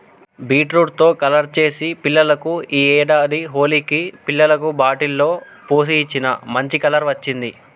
beetroot తో colour చేసి పిల్లలకు ఈ ఏడాది హోలికి పిల్లలకు బాటిల్ లో పోసి ఇచ్చిన, మంచి కలర్ వచ్చింది